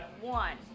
One